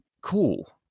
cool